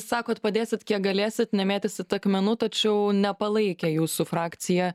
sakot padėsit kiek galėsit nemėtysit akmenų tačiau nepalaikė jūsų frakcija